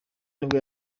nibwo